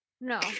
No